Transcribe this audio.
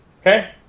Okay